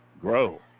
grow